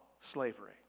Slavery